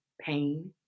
pain